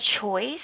choice